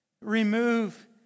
remove